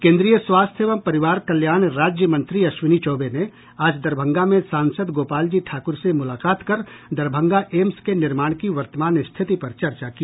केंद्रीय स्वास्थ्य एवं परिवार कल्याण राज्य मंत्री अश्विनी चौबे ने आज दरभंगा में सांसद गोपाल जी ठाकुर से मुलाकात कर दरभंगा एम्स के निर्माण की वर्तमान स्थिति पर चर्चा की